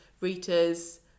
Rita's